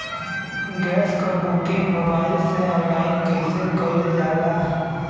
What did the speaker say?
Gas क booking mobile से online कईसे कईल जाला?